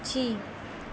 पक्षी